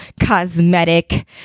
cosmetic